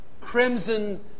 crimson